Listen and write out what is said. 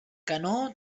canó